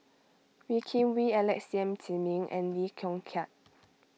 Wee Kim Wee Alex Yam Ziming and Lee Yong Kiat